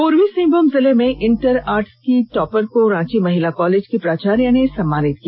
पूर्वी सिंहभूम जिले में इंटर आर्ट्स की टॉपर को रांची महिला कॉलेज की प्राचार्य ने सम्मानित किया